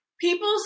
People